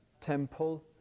temple